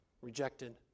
rejected